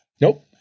Nope